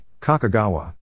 Kakagawa